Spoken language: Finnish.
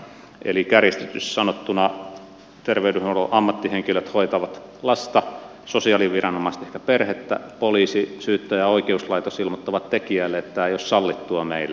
eli kärjistetysti sanottuna terveydenhuollon ammattihenkilöt hoitavat lasta sosiaaliviranomaiset ehkä perhettä poliisi syyttäjä ja oikeuslaitos ilmoittavat tekijälle että tämä ei ole sallittua meillä